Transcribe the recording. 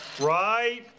right